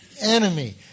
enemy